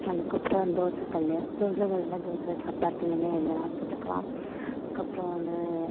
அதுக்கப்புறம் தோசக்கல் தோசக்கல்லில் தோசை சப்பாத்தி இந்த மாரி எதுனால் போட்டுக்கலாம் அதுக்கப்புறம் வந்து